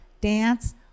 dance